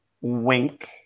Wink